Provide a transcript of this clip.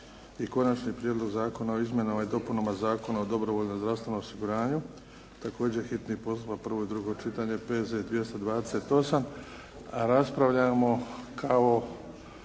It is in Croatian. Konačni prijedlog zakona o Izmjenama i dopunama zakona o dobrovoljnom zdravstvenom osiguranju, također hitni postupak, prvo i drugo čitanje, P.Z. br. 228. raspravljamo kao